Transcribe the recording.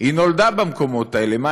היא נולדה במקומות האלה.